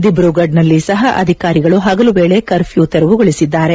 ದಿಬ್ರೂಗಢ್ನಲ್ಲಿ ಸಹ ಅಧಿಕಾರಿಗಳು ಹಗಲು ವೇಳೆ ಕಫ್ಯೂ ತೆರವುಗೊಳಿಸಿದ್ದಾರೆ